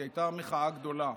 כי הייתה מחאה גדולה.